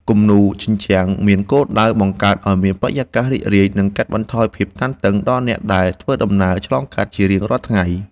គំនូរជញ្ជាំងមានគោលដៅបង្កើតឱ្យមានបរិយាកាសរីករាយ និងកាត់បន្ថយភាពតានតឹងដល់អ្នកដែលធ្វើដំណើរឆ្លងកាត់ជារៀងរាល់ថ្ងៃ។